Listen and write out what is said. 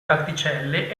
particelle